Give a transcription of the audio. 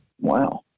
Wow